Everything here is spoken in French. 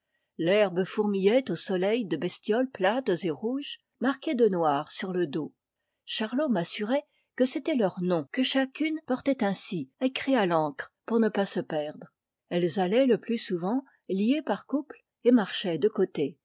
l'herbe fourmillait au soleil de bestioles plates et rouges marquées de noir sur le dos charlot m'assurait que c'était leur nom que chacune portait ainsi écrit à l'encre pour ne pas se perdre elles allaient le plus souvent liées par couple et marchaient de côté